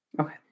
Okay